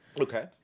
okay